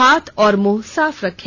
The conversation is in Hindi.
हाथ और मुंह साफ रखें